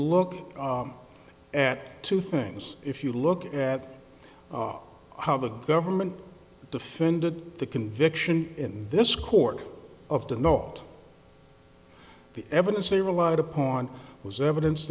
look at two things if you look at how the government defended the conviction in this court of the not the evidence they relied upon was evidence